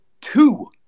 two